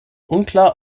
unklar